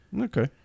Okay